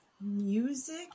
music